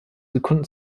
sekunden